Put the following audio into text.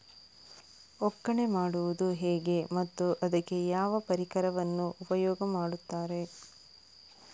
ಒಕ್ಕಣೆ ಮಾಡುವುದು ಹೇಗೆ ಮತ್ತು ಅದಕ್ಕೆ ಯಾವ ಪರಿಕರವನ್ನು ಉಪಯೋಗ ಮಾಡುತ್ತಾರೆ?